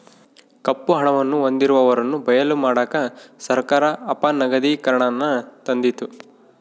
ಕಪ್ಪು ಹಣವನ್ನು ಹೊಂದಿರುವವರನ್ನು ಬಯಲು ಮಾಡಕ ಸರ್ಕಾರ ಅಪನಗದೀಕರಣನಾನ ತಂದಿತು